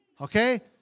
Okay